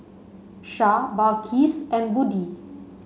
Shah Balqis and Budi